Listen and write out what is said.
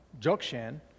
Jokshan